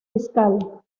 fiscal